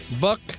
Buck